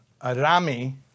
Arami